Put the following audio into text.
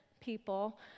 people